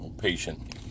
patient